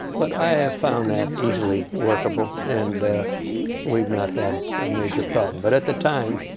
but i have found that easily workable, and we've not had a major problem. but at the time,